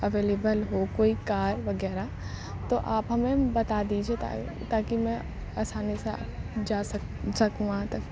available ہو کوئی car وغیرہ تو آپ ہمیں بتا دیجیے تاکہ میں آسانی سے جا سکوں وہاں تک